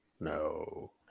No